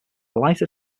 lighter